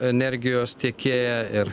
energijos tiekėją ir